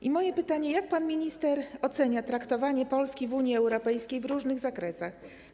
Stawiam pytanie, jak pan minister ocenia traktowanie Polski w Unii Europejskiej w różnych zakresach.